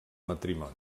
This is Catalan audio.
matrimoni